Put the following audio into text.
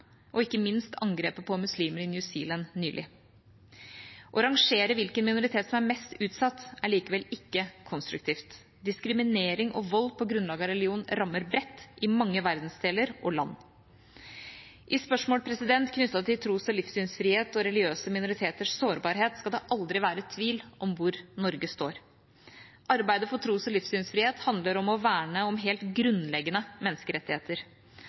og ikke minst angrepet på muslimer i New Zealand nylig. Å rangere hvilke minoriteter som er mest utsatt, er likevel ikke konstruktivt. Diskriminering og vold på grunnlag av religion rammer bredt, i mange verdensdeler og land. I spørsmål knyttet til tros- og livssynsfrihet og religiøse minoriteters sårbarhet skal det aldri være tvil om hvor Norge står. Arbeidet for tros- og livssynsfrihet handler om å verne om helt grunnleggende menneskerettigheter.